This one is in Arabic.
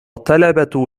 الطلبة